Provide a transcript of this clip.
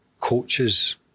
coaches